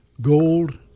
gold